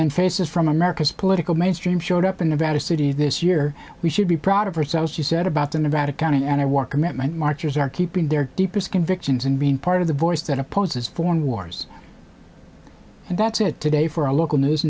and faces from america's political mainstream showed up in nevada city this year we should be proud of herself she said about them about accounting and i wore commitment marchers are keeping their deepest convictions and being part of the voice that opposes foreign wars and that's it today for a local news